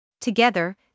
Together